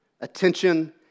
attention